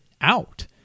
out